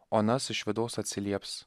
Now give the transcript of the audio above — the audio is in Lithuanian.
o anas iš vidaus atsilieps